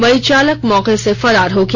वहीं चालक मौके से फरार हो गया